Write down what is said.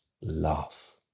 love